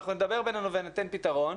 אנחנו נדבר בינינו וניתן פתרון,